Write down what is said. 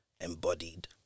embodied